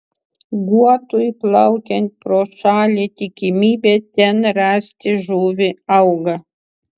guotui plaukiant pro šalį tikimybė ten rasti žuvį auga